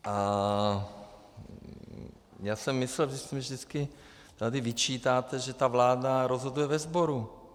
A já jsem myslel, vy mně vždycky tady vyčítáte, že ta vláda rozhoduje ve sboru.